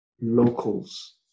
locals